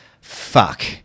fuck